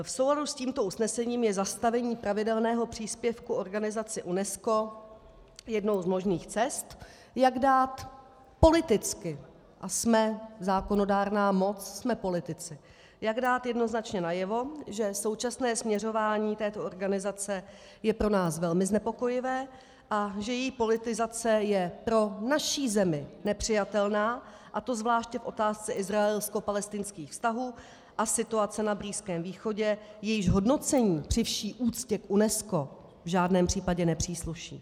V souladu s tímto usnesením je zastavení pravidelného příspěvku organizaci UNESCO jednou z možných cest, jak dát politicky a jsme zákonodárná moc, jsme politici jednoznačně najevo, že současné směřování této organizace je pro nás velmi znepokojivé a že její politizace je pro naši zemi nepřijatelná, a to zvláště v otázce izraelskopalestinských vztahů a situace na Blízkém východě, jejíž hodnocení při vší úctě k UNESCO v žádném případě nepřísluší.